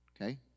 okay